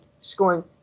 scoring